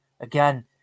Again